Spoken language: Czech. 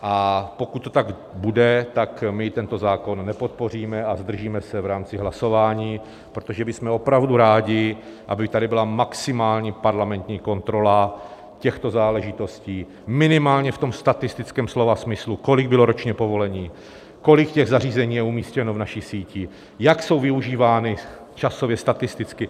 A pokud to tak bude, tak my tento zákon nepodpoříme a zdržíme se v rámci hlasování, protože bychom opravdu rádi, aby tady byla maximální parlamentní kontrola těchto záležitostí minimálně v tom statistickém slova smyslu, kolik bylo ročně povolení, těch zařízení je umístěno v naší síti, jak jsou využívána časově, statisticky.